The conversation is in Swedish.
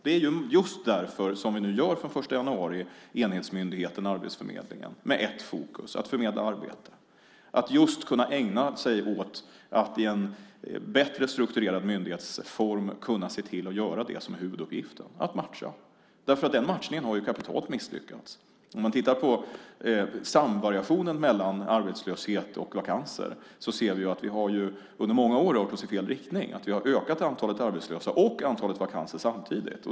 Det är just därför som vi från den 1 januari inrättar enhetsmyndigheten Arbetsförmedlingen med ett fokus, nämligen att förmedla arbeten och kunna ägna sig åt att i en bättre strukturerad myndighetsform kunna göra det som är huvuduppgiften, att matcha. Den matchningen har kapitalt misslyckats. Om vi tittar på samvariationen mellan arbetslöshet och vakanser ser vi att vi under många år har rört oss i fel riktning. Vi har ökat antalet arbetslösa och antalet vakanser samtidigt.